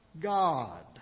God